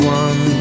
one